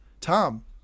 Tom